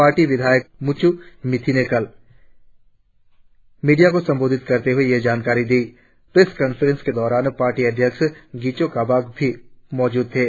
party विधायक मुत्वू मिथी ने कल मीडीया को संबोधित करते हुए यह जानकारी दी प्रेस कॉन्फ्रेंस के दौरान पार्टी अध्यक्ष गिचो कबाक भी मौजूद थे